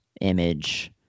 image